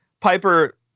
Piper